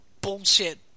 bullshit